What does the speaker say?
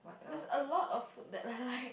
there is a lot of food that I like